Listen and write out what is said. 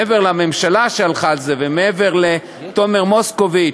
מעבר לממשלה שהלכה על זה ומעבר לתומר מוסקוביץ,